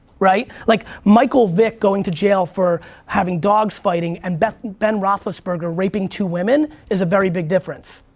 right? like michael vick going to jail for having dogs fighting and ben ben roethlisberger raping two women is a very big difference.